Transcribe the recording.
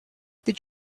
did